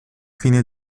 fine